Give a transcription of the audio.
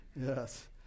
Yes